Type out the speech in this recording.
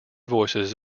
voices